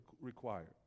required